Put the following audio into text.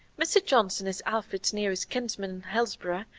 mr. johnson is alfred's nearest kinsman in hillsboro,